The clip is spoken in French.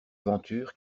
aventure